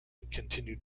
continued